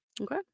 okay